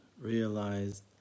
realize